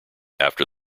after